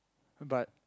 but